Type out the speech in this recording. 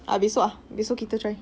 ah besok ah besok kita try